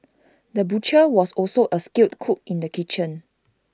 the butcher was also A skilled cook in the kitchen